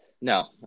No